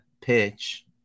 pitch